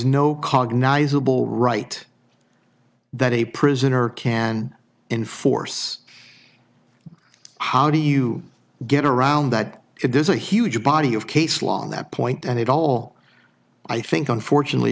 write that a prisoner can enforce how do you get around that there's a huge body of case law on that point and it all i think unfortunately